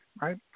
right